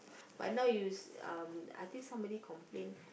but now use um I think somebody complained